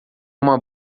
uma